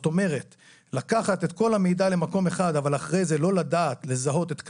אני רק אתייחס במילה אחת למה שאמר חבר